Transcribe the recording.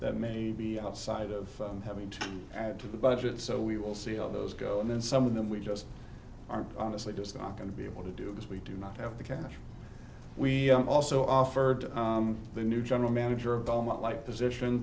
that may be outside of having to add to the budget so we will see all those go and then some of them we just are honestly just not going to be able to do because we do not have the cash we also offered to the new general manager of government like position